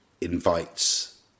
..invites